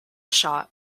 shot